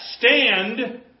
stand